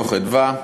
דוח "מרכז אדוה",